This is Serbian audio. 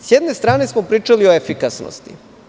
S jedne strane smo pričali o efikasnosti.